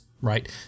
right